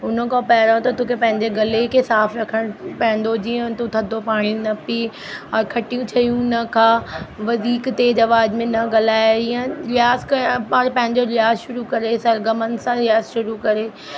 हुन खां पहिरों त तोखे पंहिंजे गले खे साफ़ु रखण पवंदो जीअं तूं थधो पाणी न पी खटियूं शयूं न खां वधीक तेज़ु आवाज़ में न ॻाल्हाए या रियाज़ करण पंहिंजो रियाज़ शुरू करे सरगमनि सां रियाज़ शुरू करे